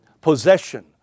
possession